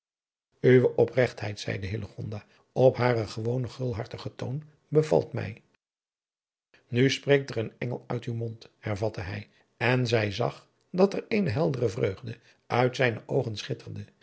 uwe opregtheid zeide hillegonda op haren gewonen gulhartigen toon bevalt mij nu spreekt er een engel uit uw mond hervatte hij en zij zag dat er eene heldere vreugde uit zijne oogen schitterde